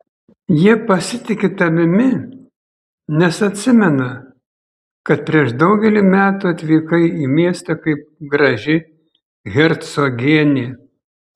jie pasitiki tavimi nes atsimena kad prieš daugelį metų atvykai į miestą kaip graži hercogienė